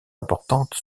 importantes